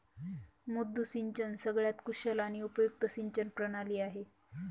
मुद्दू सिंचन सगळ्यात कुशल आणि उपयुक्त सिंचन प्रणाली आहे